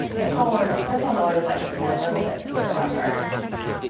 this ah one this one always likes to be a little bit blue at first.